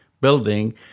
building